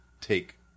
take